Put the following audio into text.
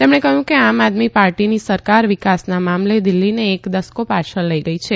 તેમણે કહ્યું કે આમ આદમી પાર્ટીની સરકાર વિકાસના મામલે દિલ્હીને એક દસકો પાછળ લઈ ગઈ છે